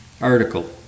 article